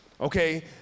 okay